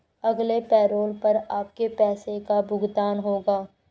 अगले पैरोल पर आपके पैसे का भुगतान होगा